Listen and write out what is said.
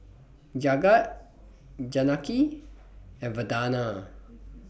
Jagat Janaki and Vandana